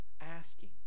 asking